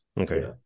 Okay